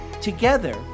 Together